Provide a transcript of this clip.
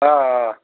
آ آ